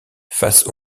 face